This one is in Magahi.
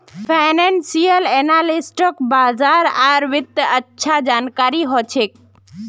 फाइनेंसियल एनालिस्टक बाजार आर वित्तेर अच्छा जानकारी ह छेक